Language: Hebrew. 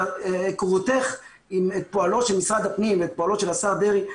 קרותך עם פועלו של משרד הפנים ופועלו של השר דרעי,